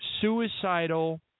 suicidal